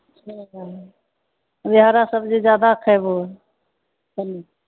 छै ने अभी हरा सब्जी जादा खैबहो कनी